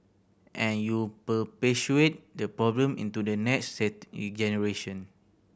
and you perpetuate the problem into the next set generation